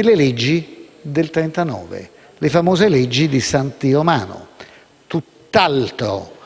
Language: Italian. le leggi del 1939, le famose leggi di Santi Romano, tutt'altro